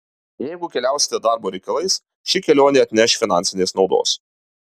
jeigu keliausite darbo reikalais ši kelionė atneš finansinės naudos